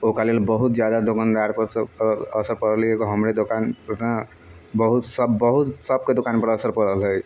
ओकरा लेल बहुत जादा दोकानदारपर से असर पड़लै एकगो हमर दोकानपर नहि बहुत सभ बहुत सभके दोकानपर असर पड़ल है